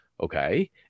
Okay